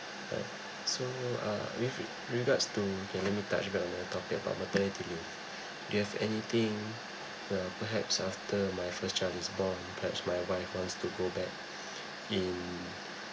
alright so uh with re~ regards to topic about maternity leave do you have anything well perhaps after my first child is born perhaps my wife wants to go back in